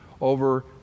over